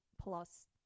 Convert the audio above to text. plus